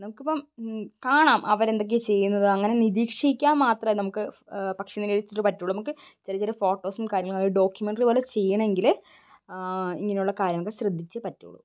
നമുക്ക് ഇപ്പം കാണാം അവർ എന്തൊക്കെയാണ് ചെയ്യുന്നത് അങ്ങനെ നിരീക്ഷിക്കാൻ മാത്രമേ നമുക്ക് പക്ഷി നിരീഷ്ണത്തിൽ പറ്റുകയുള്ളൂ നമുക്ക് ചെറിയ ചെറിയ ഫോട്ടോസും കാര്യങ്ങൾ ഡോക്യൂമെൻറി പോലെ ചെയ്യണമെങ്കിൽ ഇങ്ങനെയുള്ള കാര്യമൊക്കെ ശ്രദ്ധിച്ചേ പറ്റുകയുള്ളൂ